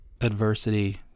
Adversity